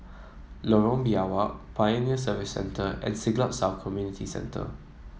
Lorong Biawak Pioneer Service Centre and Siglap South Community Centre